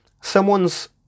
someone's